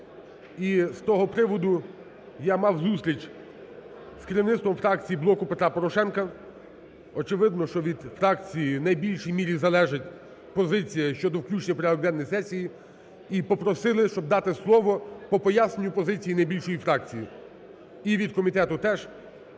і з того приводу я мав зустріч з керівництвом фракції "Блоку Петра Порошенка". Очевидно, що від фракції в найбільшій мірі залежить позиція щодо включення в порядок денний сесії і попросили, щоб дати слово по поясненню позиції найбільшої фракції, і від комітету теж.